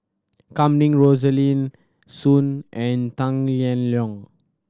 Kam Ning Rosaline Soon and Tang Liang